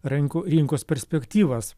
renku rinkos perspektyvas